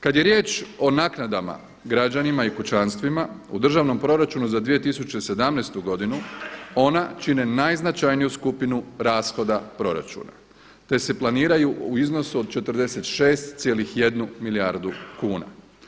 Kad je riječ o naknadama građanima i kućanstvima u Državnom proračunu za 2017. godinu ona čine najznačajniju skupinu rashoda proračuna, te se planiraju u iznosu od 46,1 milijardu kuna.